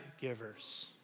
givers